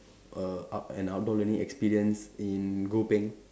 err out an outdoor learning experience in Gopeng